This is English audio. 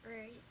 Right